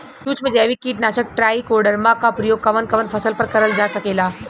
सुक्ष्म जैविक कीट नाशक ट्राइकोडर्मा क प्रयोग कवन कवन फसल पर करल जा सकेला?